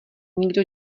nikdo